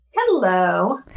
Hello